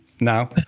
now